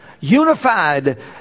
unified